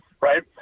right